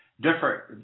different